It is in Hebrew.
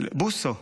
בוסו.